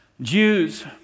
Jews